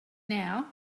now